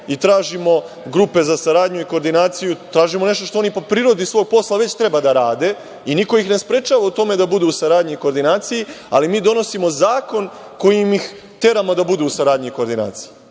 i tražimo grupe za saradnju i koordinaciju, tražimo nešto što oni po prirodi svog posla već treba da rade i niko ih ne sprečava u tome da budu u saradnji i koordinaciji, ali mi donosimo zakon kojim ih teramo da budu u saradnji i koordinaciji,